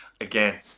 again